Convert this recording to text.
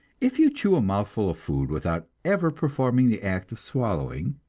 if you chew a mouthful of food without ever performing the act of swallowing,